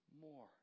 more